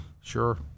Sure